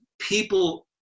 people